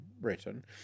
Britain